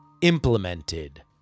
implemented